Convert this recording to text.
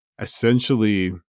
essentially